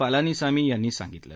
पलानीसामी यांनी सांगितलं